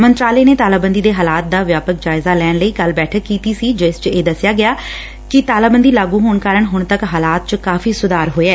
ਮੰਤਰਾਲੇ ਨੇ ਤਾਲਾਬੰਦੀ ਦੇ ਹਾਲਾਤ ਦਾ ਵਿਆਪਕ ਜਾਇਜ਼ਾ ਲੈਣ ਲਈ ਕੱਲ ਬੈਠਕ ਕੀਤੀ ਸੀ ਜਿਸ ਚ ਇਹ ਦਸਿਆ ਗਿਆ ਕਿ ਤਾਲਾਬੰਦੀ ਲਾਗੁ ਹੋਣ ਕਾਰਨ ਹੁਣ ਤੱਕ ਹਾਲਾਤ ਚ ਕਾਫੀ ਸੁਧਾਰ ਹੋਇਐ